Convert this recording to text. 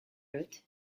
route